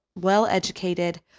well-educated